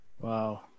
Wow